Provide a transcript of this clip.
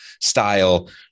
style